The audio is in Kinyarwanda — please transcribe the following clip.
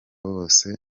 bose